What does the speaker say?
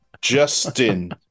Justin